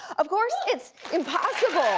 of course it's impossible